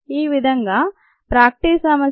ఈ విధంగా ప్రాక్టీస్ సమస్య 2